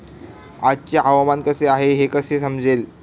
आजचे हवामान कसे आहे हे कसे समजेल?